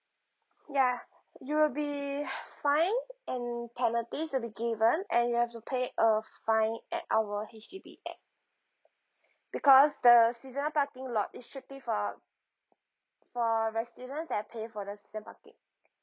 ya you'll be fined and penalties will be given and you have to pay a fine at our H_D_B app because the seasonal parking lot it should be for for residents that've paid for the season parking